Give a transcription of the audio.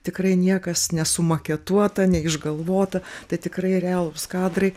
tikrai niekas ne sumaketuota neišgalvota tai tikrai realūs kadrai